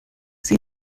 sie